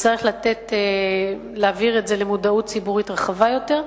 נצטרך להביא את זה למודעות ציבורית רחבה יותר,